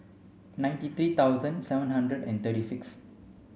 ninety three thousand seven hundred and thirty six